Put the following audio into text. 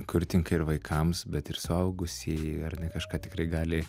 kur tinka ir vaikams bet ir suaugusieji ar ne kažką tikrai gali